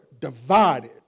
divided